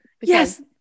Yes